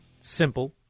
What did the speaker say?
simple